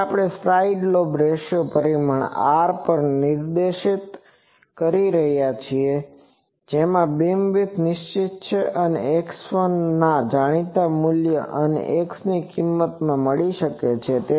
તેથી આપણે side lobe ratio પરિમાણ R પણ નિર્દિષ્ટ કરી શકીએ છીએ જેમાં બીમવિડ્થ નિશ્ચિત છે અને x1 ના જાણીતા મૂલ્ય અને x ની કિંમતમાંથી મળી શકે છે